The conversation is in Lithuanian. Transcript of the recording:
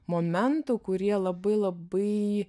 momentų kurie labai labai